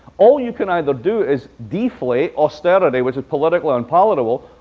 all you can either do is deflate austerity which is politically unpalatable,